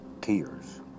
Tears